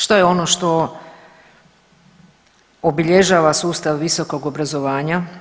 Što je ono što obilježava sustav visokog obrazovanja?